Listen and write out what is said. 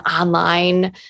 online